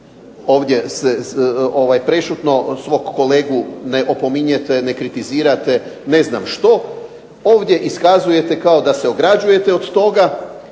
ovdje prešutno svog kolegu ne opominjete, ne kritizirate, ne znam što. Ovdje iskazujete kao da se ograđujete od toga,